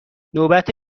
نوبت